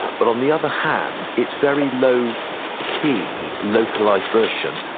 but on the other hand, its very low key, localized version,